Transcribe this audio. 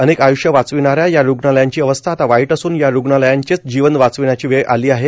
अनेक आयष्य वाचविणाऱ्या या रुग्णालयांची अवस्था आता वाईट असून या रुग्णालयांचेच जीवन वाचविण्याची वेळ आली आहे